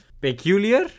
peculiar